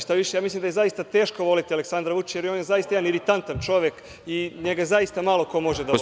Šta više, ja mislim da je zaista teško voleti Aleksandra Vučića, jer je on zaista jedan iritantan čovek i njega zaista malo ko može da voli